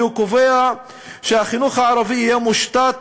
והוא קובע שהחינוך הערבי יהיה מושתת